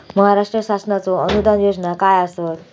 महाराष्ट्र शासनाचो अनुदान योजना काय आसत?